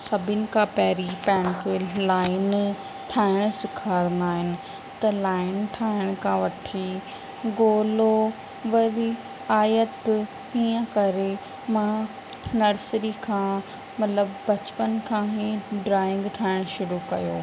सभिनि खां पहिरीं पाण खे लाइन ठाहिणु सेखारंदा आहिनि त लाइन ठाहिण खां वठी गोलो वरी आयत हीअं करे मां नर्सरी खां मतिलबु बचपन खां ई ड्राइंग ठाहिणु शुरू कयो